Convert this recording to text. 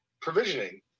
provisioning